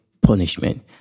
punishment